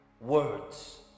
words